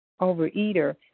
overeater